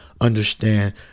understand